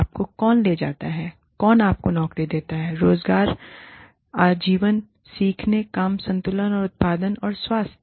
आपको कौन ले जाता है कौन आपको नौकरी देता है रोज़गार आजीवन सीखने काम संतुलन उत्थान और स्वास्थ्य